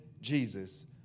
Jesus